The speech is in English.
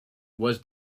was